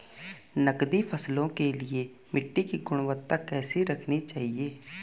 नकदी फसलों के लिए मिट्टी की गुणवत्ता कैसी रखनी चाहिए?